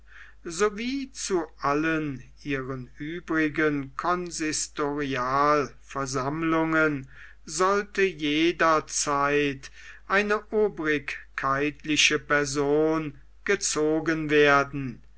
wie zu allen ihren übrigen consistorialversammlungen sollte jederzeit eine obrigkeitliche person gezogen werden